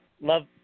Love